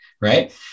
right